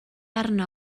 arno